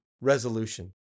resolution